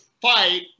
fight